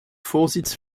vorsitz